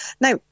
Now